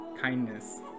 kindness